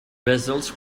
results